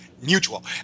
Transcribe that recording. mutual